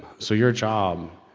so your job